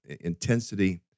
intensity